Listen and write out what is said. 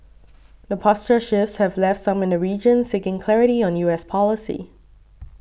the posture shifts have left some in the region seeking clarity on U S policy